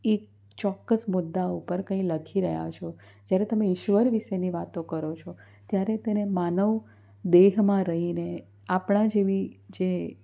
એક ચોક્કસ મુદ્દા ઉપર કંઈ લખી રહ્યા છો જ્યારે તમે ઈશ્વર વિષેની વાતો કરો છો ત્યારે તેને માનવ દેહમાં રહીને આપણા જેવી જે